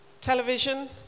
television